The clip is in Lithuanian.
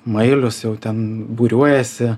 mailius jau ten būriuojasi